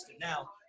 now